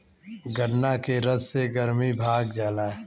गन्ना के रस से गरमी भाग जाला